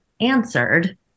answered